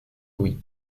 louis